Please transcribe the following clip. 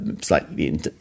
slightly